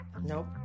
Nope